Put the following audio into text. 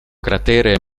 cratere